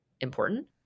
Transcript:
important